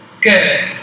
good